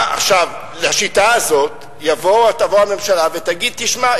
לשיטה הזאת תבוא הממשלה ותגיד: תשמע,